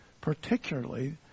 particularly